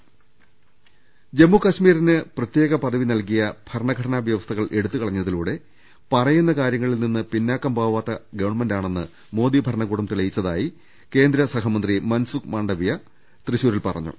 മാർ ് മ ജമ്മു കശ്മീരിന് പ്രത്യേക പദവി നൽകിയ ഭരണ ഘടനാ വൃവ സ്ഥകൾ എടുത്തുകളഞ്ഞതിലൂടെ പറയുന്ന കാര്യങ്ങളിൽ നിന്ന് പിന്നോട്ട് പോവാത്ത ഗവൺമെന്റാണെന്ന് മോദി ഭരണകൂടം തെളി യിച്ചതായി കേന്ദ്ര സഹമന്ത്രി മൻസൂഖ് മാൻഡവ്യ തൃശൂരിൽ പറ ഞ്ഞു